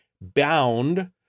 bound